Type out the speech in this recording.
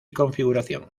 configuración